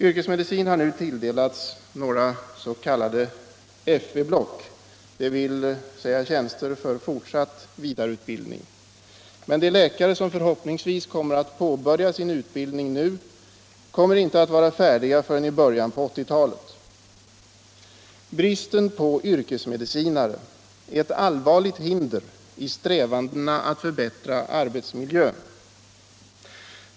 Yrkesmedicinen har nu tilldelats några s.k. FV-block, dvs. tjänster för fortsatt vidareutbildning, men de läkare som förhoppningsvis kommer att påbörja sin utbildning nu kommer inte att vara färdiga förrän i början på 1980-talet. Bristen på yrkesmedicinare är ett allvarligt hinder i strävandena att förbättra arbetsmiljön.